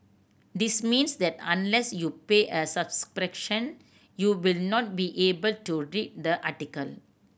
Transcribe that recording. this means that unless you pay a subscription you will not be able to read the article